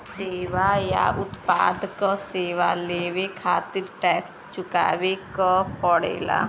सेवा या उत्पाद क सेवा लेवे खातिर टैक्स चुकावे क पड़ेला